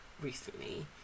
recently